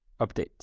updates